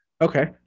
Okay